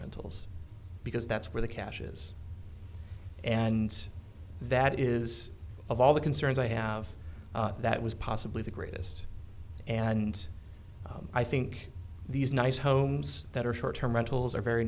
rentals because that's where the cash is and that is of all the concerns i have that was possibly the greatest and i think these nice homes that are short term rentals are very